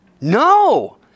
No